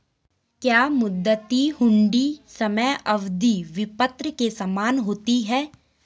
क्या मुद्दती हुंडी समय अवधि विपत्र के समान होती है?